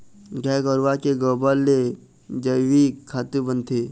गाय गरूवा के गोबर ले जइविक खातू बनथे